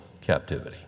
captivity